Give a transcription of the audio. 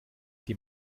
die